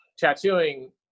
Tattooing